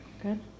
Good